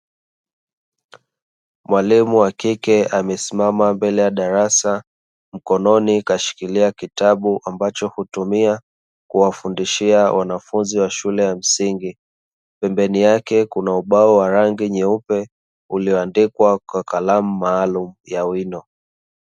Mwalimu wa kike amesimama mbele ya darasa mkononi kashikilia kitabu ambacho hutumia kuwafundishia wanafunzi wa shule ya msingi. Pembeni yake kuna ubao wa rangi nyeupe uliondikwa kwa kalamu maalumu ya wino.